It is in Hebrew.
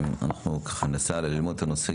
אנחנו ננסה ללמוד את הנושא.